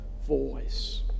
voice